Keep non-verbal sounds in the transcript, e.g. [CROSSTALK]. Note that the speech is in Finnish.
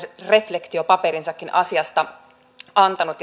reflektiopaperinsakin asiasta antanut [UNINTELLIGIBLE]